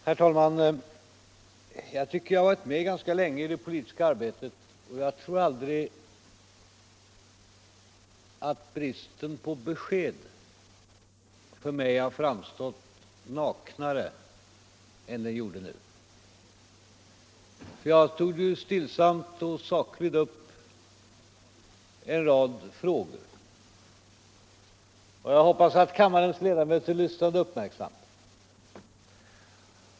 Herr talman! Jag tycker att jag varit med ganska länge i det politiska livet, men jag tror aldrig att bristen på besked för mig har framstått naknare än den gjort nu. Jag tog stillsamt och sakligt upp en rad frågor, och jag hoppas att kammarens ledamöter lyssnade uppmärksamt.